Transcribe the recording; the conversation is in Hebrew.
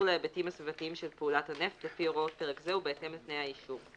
להיבטים הסביבתיים של פעולת הנפט לפי הוראות פרק זה ובהתאם לתנאי האישור.